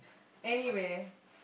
anyway